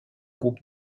groupe